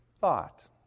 thought